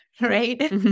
Right